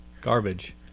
Garbage